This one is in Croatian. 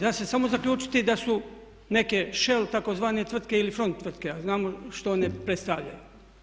Da se samo zaključiti da su neke shell tzv. tvrtke ili front tvrtke, a znamo što one predstavljaju.